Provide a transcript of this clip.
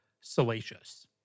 salacious